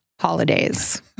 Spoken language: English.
holidays